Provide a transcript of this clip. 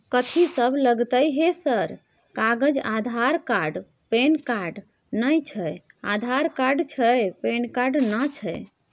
कथि सब लगतै है सर कागज आधार कार्ड पैन कार्ड नए छै आधार कार्ड छै पैन कार्ड ना छै?